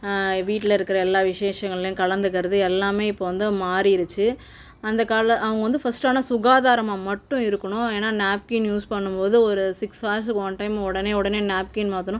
வீட்டில் இருக்கிற எல்லா விசேஷங்கள்லியும் கலந்துக்கிறது எல்லாமே இப்போது வந்து மாறிருச்சு அந்த கால அவங்க வந்து ஃபஸ்ட்டு ஆனால் சுகாதாரமாக மட்டும் இருக்கணும் ஏன்னால் நாப்கின் யூஸ் பண்ணும் போது ஒரு சிக்ஸ் ஹார்ஸுக்கு ஒன் டைம் உடனே உடனே நாப்கின் மாற்றணும்